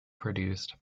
produced